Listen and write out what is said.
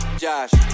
Josh